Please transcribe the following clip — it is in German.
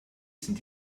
sind